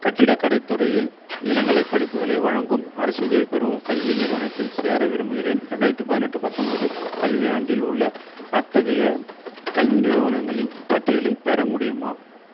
கட்டிடக்கலைத் துறையில் இளங்கலை படிப்புகளை வழங்கும் அரசுதவி பெறும் கல்வி நிறுவனத்தில் சேர விரும்புகிறேன் இரண்டாயிரத்து பதினெட்டு பத்தொன்பது கல்வியாண்டில் உள்ள அத்தகைய கல்வி நிறுவனங்களின் பட்டியலை பெற முடியுமா